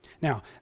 Now